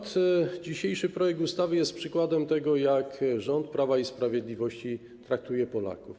Dzisiejszy projekt ustawy jest przykładem tego, jak rząd Prawa i Sprawiedliwości traktuje Polaków.